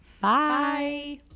Bye